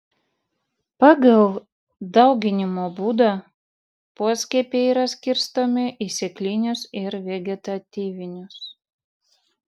pagal dauginimo būdą poskiepiai yra skirstomi į sėklinius ir vegetatyvinius